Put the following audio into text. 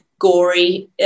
gory